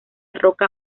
roca